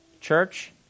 Church